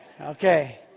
Okay